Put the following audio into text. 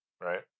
right